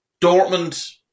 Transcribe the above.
Dortmund